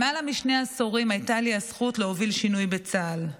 למעלה משני עשורים הייתה לי הזכות להוביל שינוי בצה"ל,